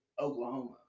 Oklahoma